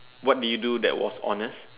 what do you do that was honest